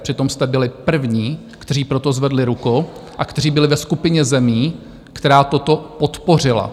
Přitom jste byli první, kteří pro to zvedli ruku a kteří byli ve skupině zemí, která toto podpořila.